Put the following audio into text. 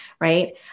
right